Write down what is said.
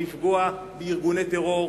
לפגוע בארגוני טרור,